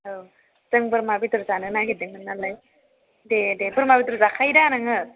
औ जों बोरमा बेदर जानो नागिरदोंमोन नालाय दे दे दे बोरमा बेदर जाखायो दा नोङो